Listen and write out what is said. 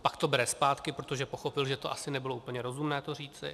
Pak to bere zpátky, protože pochopil, že to asi nebylo úplně rozumné to říci.